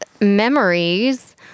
memories